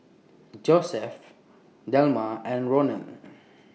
Josef Delma and Rondal